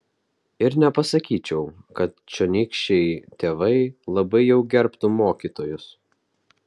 ir nepasakyčiau kad čionykščiai tėvai labai jau gerbtų mokytojus